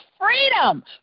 freedom